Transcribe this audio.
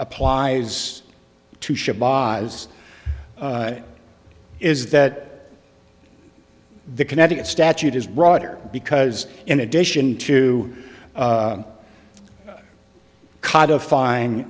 applies to ship by as is that the connecticut statute is broader because in addition to kata fine